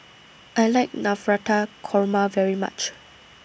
I like Navratan Korma very much